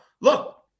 Look